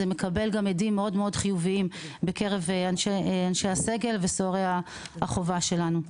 הוא מקבל אפקט הדים מאוד מאוד חיובים בקרב אנשי הסגל וסוהרי החובה שלנו.